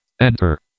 Enter